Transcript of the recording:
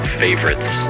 favorites